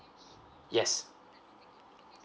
yes